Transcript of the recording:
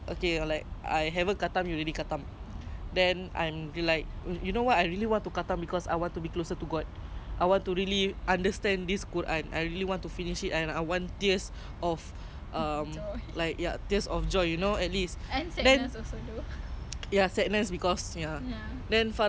and ya sadness because ya then farah came up to me like example lah macam uh do you need help like kau belum khatam kan sebab aku baru khatam so kau perlukan bantuan tak at least you are offering in that kind of way and that kind of tone is very nice and for me is like